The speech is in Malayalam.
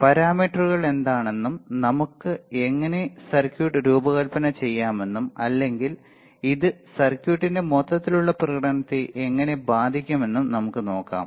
അതിനാൽ പാരാമീറ്ററുകൾ എന്താണെന്നും നമുക്ക് എങ്ങനെ സർക്യൂട്ട് രൂപകൽപ്പന ചെയ്യാമെന്നും അല്ലെങ്കിൽ ഇത് സർക്യൂട്ടിന്റെ മൊത്തത്തിലുള്ള പ്രകടനത്തെ എങ്ങനെ ബാധിക്കുമെന്നും നമുക്ക് നോക്കാം